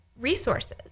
resources